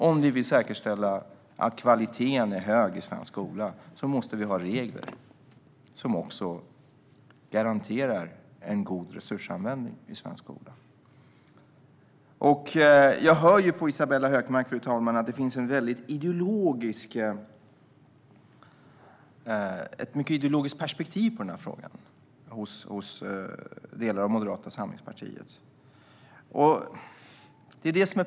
Om vi vill säkerställa att kvaliteten är hög i svensk skola måste vi ha regler som garanterar en god resursanvändning. Fru ålderspresident! Jag hör på Isabella Hökmark att det finns ett mycket ideologiskt perspektiv på denna fråga hos delar av Moderata samlingspartiet.